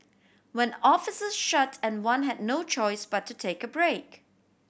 when offices shut and one had no choice but to take a break